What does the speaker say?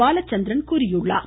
பாலச்சந்திரன் தெரிவித்துள்ளார்